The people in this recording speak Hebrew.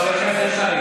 חבר הכנסת קרעי.